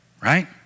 right